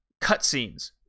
cutscenes